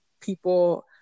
people